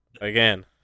again